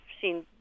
seen